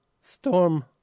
Storm